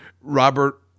Robert